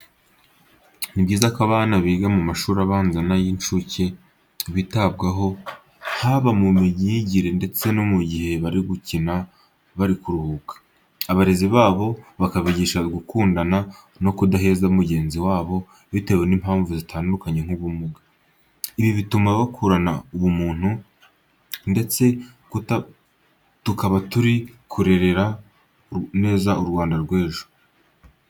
Ni byiza ko abana biga mu mashuri abanza n'ay'inshuke bitabwaho, haba mu myigire ndetse no mu gihe bari gukina bari kuruhuka. Abarezi babo bakabigisha gukundana no kudaheza mugenzi wabo bitewe n'impamvu zitandukanye nk'ubumuga. Ibi bituma bakurana ubumuntu ndetse tukaba turi kurera neza u Rwanda rw'ejo.